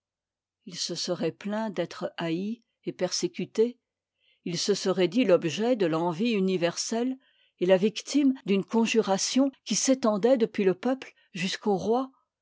ii se serait plaint d'être haï et persécuté il se serait dit l'objet de l'envie universelle et la victime d'une conjuration qui s'étendait depuis le peuple jusqu'aux rois